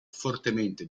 fortemente